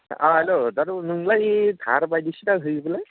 अ हेल' दादु नोंलाय धार बायदिसिना होयोबालाय